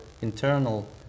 internal